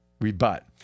Rebut